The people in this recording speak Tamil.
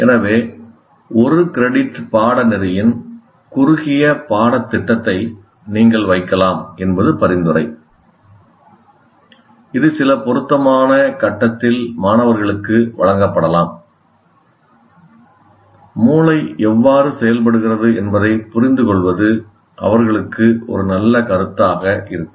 எனவே ஒரு கிரெடிட் பாடநெறியின் குறுகிய பாடத்திட்டத்தை நீங்கள் வைக்கலாம் என்பது பரிந்துரை இது சில பொருத்தமான கட்டத்தில் மாணவர்களுக்கு வழங்கப்படலாம் மூளை எவ்வாறு செயல்படுகிறது என்பதைப் புரிந்துகொள்வது அவர்களுக்கு ஒரு நல்ல கருத்தாக இருக்கும்